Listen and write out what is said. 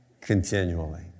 continually